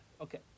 Okay